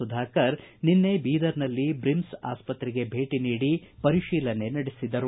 ಸುಧಾಕರ್ ನಿನ್ನೆ ಬೀದರ್ ನಲ್ಲಿ ಬ್ರಿಮ್ಸ್ ಆಸ್ಪತ್ರೆಗೆ ಭೇಟಿ ನೀಡಿ ಪರಿಶೀಲನೆ ನಡೆಸಿದರು